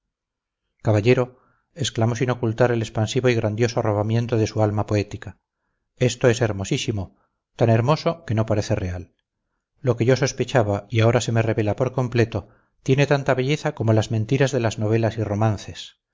caballero exclamó sin ocultar el expansivo y grandioso arrobamiento de su alma poética esto es hermosísimo tan hermoso que no parece real lo que yo sospechaba y ahora se me revela por completo tiene tanta belleza como las mentiras de las novelas y romances